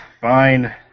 fine